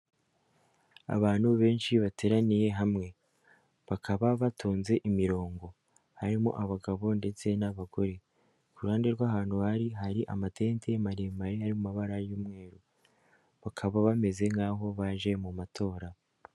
Abantu benshi bateraniye hamwe, bakaba batonze imirongo, harimo abagabo ndetse n'abagore, ku ruhande rw'ahantu bari hari amantente maremare y'amabara y'umweru, bakaba bameze nk'aho baje mu matora.